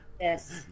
Yes